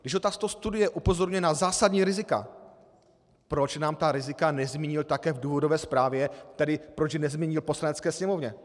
Když tato studie upozorňuje na zásadní rizika, proč nám ta rizika nezmínil také v důvodové zprávě, tedy proč je nezmínil Poslanecké sněmovně?